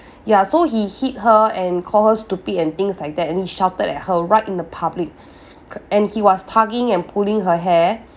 ya so he hit her and call her stupid and things like that and he shouted at her right in the public and he was tugging and pulling her hair